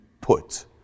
put